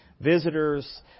Visitors